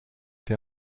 été